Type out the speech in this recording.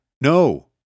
no